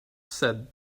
said